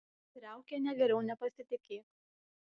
riaukiene geriau nepasitikėk